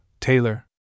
Taylor